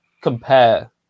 compare